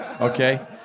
Okay